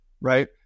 right